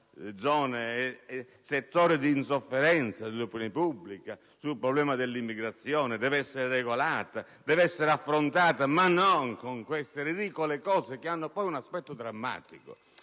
e settori di insofferenza e di opinione pubblica sul problema dell'immigrazione, che deve essere regolata e affrontata, ma non con queste norme ridicole, che hanno un aspetto drammatico.